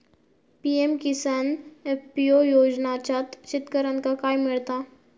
PM Kisan FPO योजनाच्यात शेतकऱ्यांका काय मिळता?